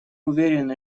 уверены